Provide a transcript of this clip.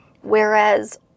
Whereas